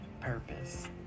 purpose